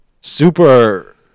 Super